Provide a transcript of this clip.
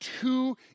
two